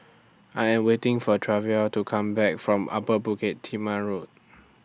I Am waiting For Treva to Come Back from Upper Bukit Timah Road